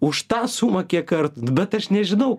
už tą sumą kiek kartų nu bet aš nežinau